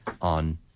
on